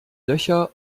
löcher